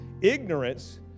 Ignorance